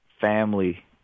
family